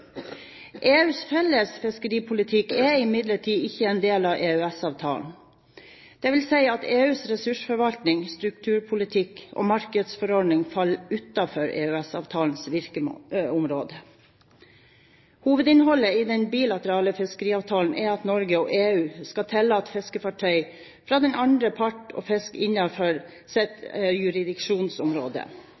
EUs felles fiskeripolitikk er imidlertid ikke en del av EØS-avtalen, dvs. at EUs ressursforvaltning, strukturpolitikk og markedsforordning faller utenfor EØS-avtalens virkeområde. Hovedinnholdet i den bilaterale fiskeriavtalen er at Norge og EU skal tillate fiskefartøy fra den andre part å fiske innenfor sitt jurisdiksjonsområde.